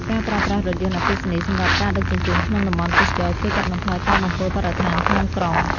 ការប្រើប្រាស់រថយន្តអគ្គិសនីសម្រាប់ការដឹកជញ្ជូនក្នុងតំបន់ទេសចរណ៍ជួយកាត់បន្ថយការបំពុលបរិស្ថានក្នុងក្រុង។